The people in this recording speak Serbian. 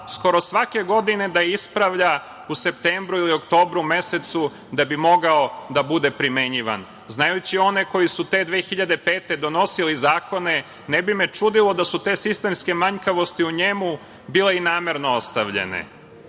skoro svake godine da ispravlja u septembru i oktobru mesecu, da bi mogao da bude primenjivan. Znajući one koji su te 2005. godine donosili zakone, ne bi me čudilo da su te sistemske manjkavosti u njemu bile i namerno ostavljene. Što